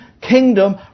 kingdom